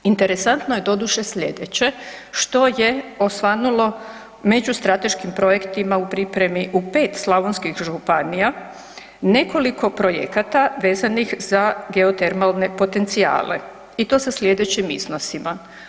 Interesantno je doduše sljedeće što je osvanulo međustrateškim projektima u pripremi u pet slavonskih županija nekoliko projekata vezanih za geotermalne potencijale i to sa sljedećim iznosima.